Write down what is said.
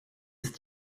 ist